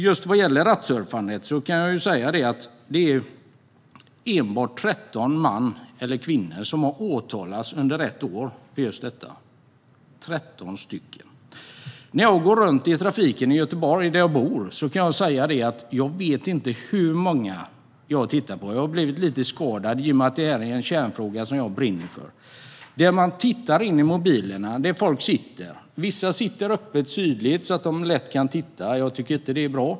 Det är endast 13 män eller kvinnor som åtalats för rattsurfande under ett år. Jag vet inte hur många jag har tittat på när jag gått runt i trafiken i Göteborg, där jag bor. Jag har blivit lite skadad eftersom detta är en kärnfråga, som jag brinner för. Folk tittar in i mobilerna där de sitter, vissa öppet och tydligt, vilket jag inte tycker är bra.